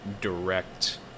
direct